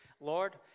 Lord